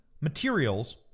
materials